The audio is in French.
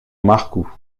marcou